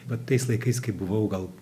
vat tais laikais kai buvau gal